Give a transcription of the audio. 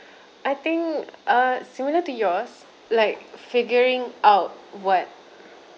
I think uh similar to yours like figuring out what